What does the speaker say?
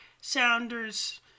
Sounders